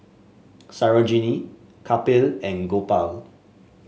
Sarojini Kapil and Gopal